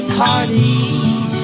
parties